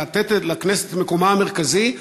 לתת לכנסת את מקומה המרכזי,